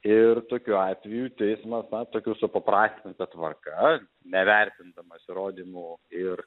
ir tokiu atveju teismas na tokiu supaprastinta tvarka nevertindamas įrodymų ir